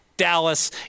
Dallas